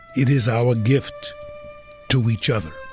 it is our gift to each other